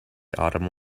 autumn